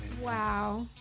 wow